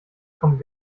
kommen